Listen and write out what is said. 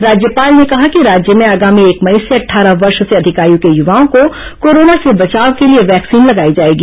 राज्यपाल ने कहा कि राज्य में आगामी एक मई से अटठारह वर्ष से अधिक आय के युवाओं को कोरोना से बचाव के लिए वैक्सीन लगाई जाएगी